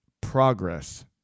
progress